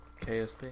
KSP